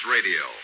Radio